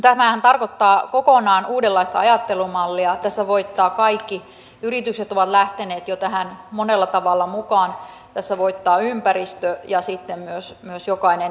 tämähän tarkoittaa kokonaan uudenlaista ajattelumallia tässä voittaa kaikki yritykset ovat jo lähteneet tähän monella tavalla mukaan tässä voittaa ympäristö ja sitten myös jokainen ihminen